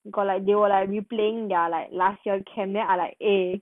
he got like they were like replaying their like last year camp then I like eh